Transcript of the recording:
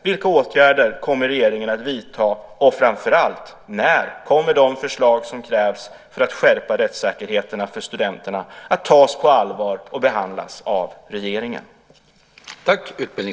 Vilka åtgärder kommer regeringen att vidta, och framför allt, när kommer de förslag som krävs för att skärpa rättssäkerheten för studenterna att tas på allvar och behandlas av regeringen?